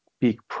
big